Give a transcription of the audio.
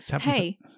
hey